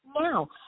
now